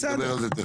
אני אדבר על זה תכף.